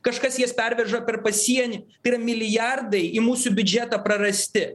kažkas jas perveža per pasienį tai yra milijardai į mūsų biudžetą prarasti